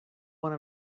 one